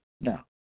now